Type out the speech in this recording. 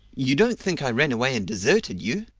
you don't think i ran away and deserted you?